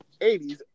80s